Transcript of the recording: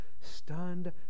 stunned